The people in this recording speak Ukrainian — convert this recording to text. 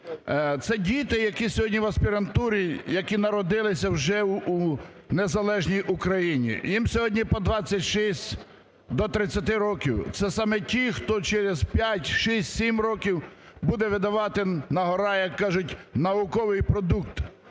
Це діти, які сьогодні в аспірантурі, які народилися вже у незалежній Україні. Їм сьогодні по 26, до 30 років. Це саме ті, хто через 5, 6, 7 років буде видавати на гора, як кажуть, науковий продукт.